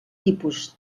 tipus